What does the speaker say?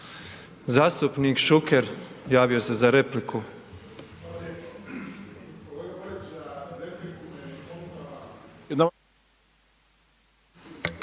Zastupnik Šuker javio se za repliku.